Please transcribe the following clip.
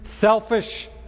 selfish